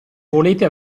volete